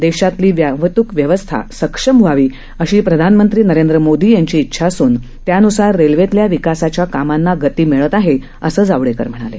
देशातली वाहतूक व्यवस्था सक्षम व्हावी अशी प्रधानमंत्री नरेंद्र मोदी यांची इच्छा असून त्यानुसार रेल्वेतल्या विकासाच्या कामांना गती मिळत आहे असं जावडेकर म्हणाले